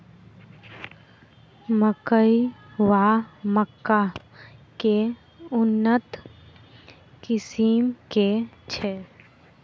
मकई वा मक्का केँ उन्नत किसिम केँ छैय?